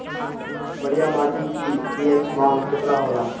बढ़िया माटी के पी.एच मान केतना होला?